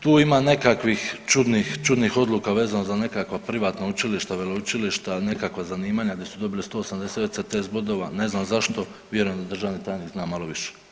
Tu ima nekakvih čudnih, čudnih odluka vezano za nekakva privatna učilišta, veleučilišta, nekakva zanimanja gdje su dobili 180 ECTS bodova ne znam zašto, vjerujem da državni tajnik zna malo više.